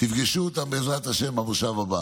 תפגשו אותם, בעזרת השם, במושב הבא.